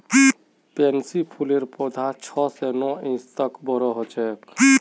pansy फूलेर पौधा छह स नौ इंच तक बोरो ह छेक